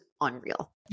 unreal